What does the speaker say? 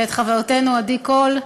ואת חברתנו עדי קול,